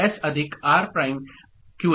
Qn D S R'